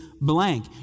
blank